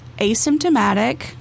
asymptomatic